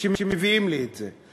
שמביאים לי את זה.